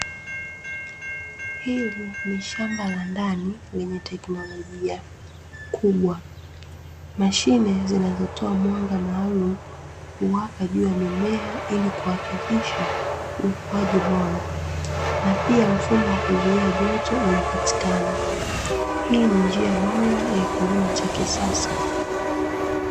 Hili ni shamba la ndani lenye teknolojia kubwa, mashine zinazotoa mwanga maalumu, huwaka juu ya mimea ili kuhakikisha ukuaji bora. Na pia mfumo wa kuzuia joto unapatikana. Hii ni njia bora ya kilimo cha kisasa.